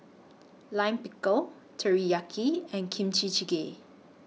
Lime Pickle Teriyaki and Kimchi Jjigae